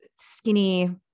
skinny